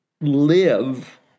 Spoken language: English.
live